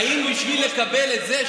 האם בשביל לקבל את זה,